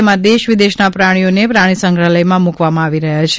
તેમાં દેશ વિદેશના પ્રાણીઓને પ્રાણી સંગ્રહાલયમાં મૂકવામાં આવી રહ્યા છે